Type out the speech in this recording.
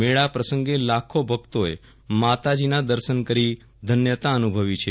મેળા પ્રસંગે લાખો ભક્તોએ માતાજીના દર્શન કરી ધન્યતા અનુભવી છે